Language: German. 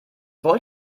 wollte